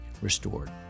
restored